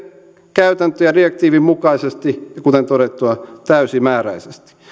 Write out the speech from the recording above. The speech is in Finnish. käytäntöjä direktiivin mukaisesti ja kuten todettua täysimääräisesti